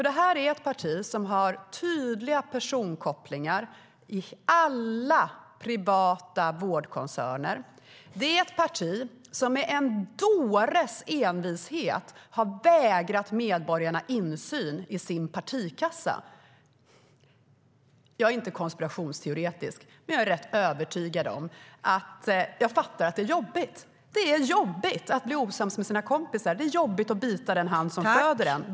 Detta är ett parti som har tydliga personkopplingar i alla privata vårdkoncerner. Det är ett parti som med en dåres envishet har vägrat medborgarna insyn i sin partikassa. Jag är inte konspirationsteoretisk, men jag fattar att det är jobbigt. Det är jobbigt att bli osams med sina kompisar. Det är jobbigt att bita den hand som föder en.